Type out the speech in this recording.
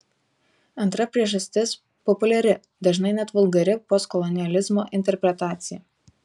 antra priežastis populiari dažnai net vulgari postkolonializmo interpretacija